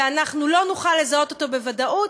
ואנחנו לא נוכל לזהות אדם בוודאות,